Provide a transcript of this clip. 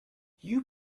you